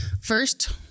first